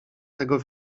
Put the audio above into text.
tego